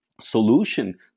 solution